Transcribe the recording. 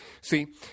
See –